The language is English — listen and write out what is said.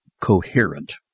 coherent